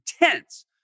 intense